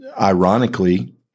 ironically